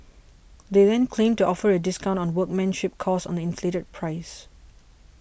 they then claim to offer a discount on workmanship cost on the inflated price